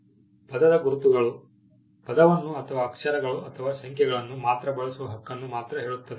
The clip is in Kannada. ಪದದ ಗುರುತುಗಳು ಪದವನ್ನು ಅಥವಾ ಅಕ್ಷರಗಳು ಅಥವಾ ಸಂಖ್ಯೆಗಳನ್ನು ಮಾತ್ರ ಬಳಸುವ ಹಕ್ಕನ್ನು ಮಾತ್ರ ಹೇಳುತ್ತದೆ